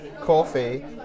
Coffee